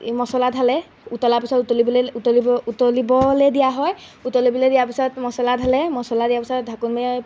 মছলা ঢালে উতলা পিছত উতলিবলৈ উতলিব উতলিবলৈ দিয়া হয় উতলিবলৈ দিয়াৰ পিছত মছলা ঢালে মছলা দিয়াৰ পিছত ঢাকোন মাৰি